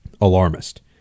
alarmist